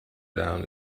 down